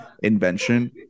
invention